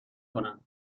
کنند